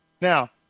Now